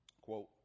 Quote